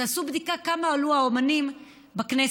תעשו בדיקה כמה עלו האומנים בכנסת.